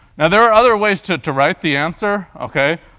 now there are other ways to to write the answer, ok?